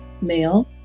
male